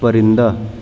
پرندہ